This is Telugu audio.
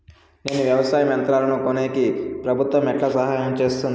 నేను వ్యవసాయం యంత్రాలను కొనేకి ప్రభుత్వ ఎట్లా సహాయం చేస్తుంది?